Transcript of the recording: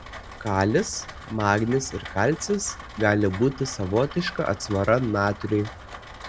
kalis magnis ir kalcis gali būti savotiška atsvara natriui